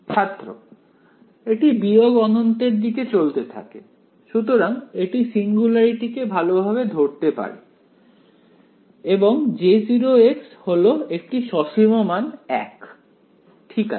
ছাত্র এটি বিয়োগ অনন্তের দিকে চলতে থাকে সুতরাং এটি সিঙ্গুলারিটিকে ভালোভাবে ধরতে পারে এবং J0 হলো একটি সসীম মান 1 ঠিক আছে